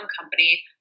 company